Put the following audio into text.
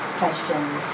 questions